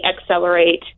accelerate